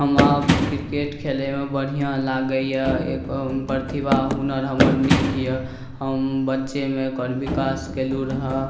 हम आब क्रिकेट खेलयमे बढ़िऑं लागैया एकर प्रतिभा हुनर हमर नीक यऽ हम बच्चेमे एकर विकास कयलहुॅं रहय